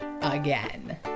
again